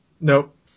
Nope